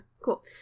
Cool